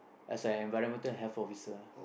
as a environmental health officer